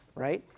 right.